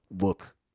look